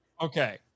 Okay